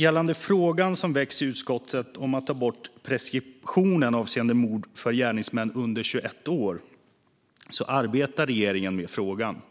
Gällande frågan som väckts i utskottet om att ta bort preskriptionen avseende mord för gärningsmän under 21 år vill jag säga att regeringen arbetar med frågan.